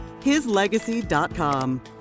HisLegacy.com